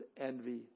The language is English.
envy